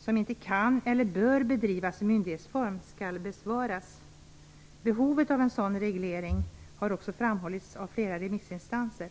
som inte kan eller bör bedrivas i myndighetsform, skall besvaras. Behovet av en sådan reglering har också framhållits av flera remissinstanser.